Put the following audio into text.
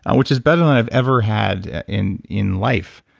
and which is better than i've ever had in in life.